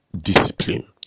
discipline